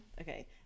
Okay